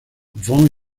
von